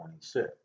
26